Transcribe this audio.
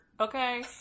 okay